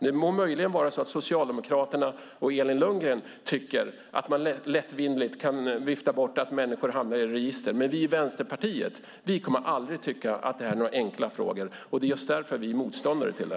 Det må vara så att Socialdemokraterna och Elin Lundgren tycker att man lättvindigt kan vifta bort att människor hamnar i register, men vi i Vänsterpartiet kommer aldrig att tycka att detta är några enkla frågor, och det är just därför vi är motståndare till det.